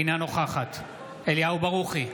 אינה נוכחת אליהו ברוכי,